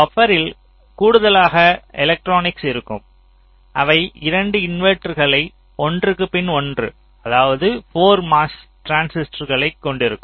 பபரில் கூடுதலாக எலக்ட்ரானிக்ஸ் இருக்கும் அவை 2 இன்வெர்ட்டர்களை ஒன்றுக்கு பின் ஒன்று அதாவது 4 MOS டிரான்சிஸ்டர்களை கொண்டிருக்கும்